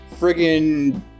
friggin